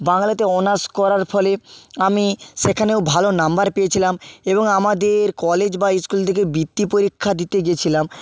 বাংলাতে অনার্স করার ফলে আমি সেখানেও ভালো নম্বর পেয়েছিলাম এবং আমাদের কলেজ বা স্কুল থেকে বৃত্তি পরীক্ষা দিতে গিয়েছিলাম